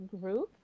group